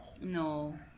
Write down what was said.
No